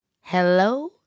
Hello